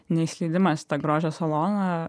neįsileidimas į tą grožio saloną